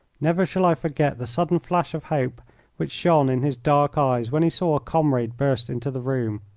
never shall i forget the sudden flash of hope which shone in his dark eyes when he saw a comrade burst into the room,